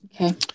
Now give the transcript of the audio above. Okay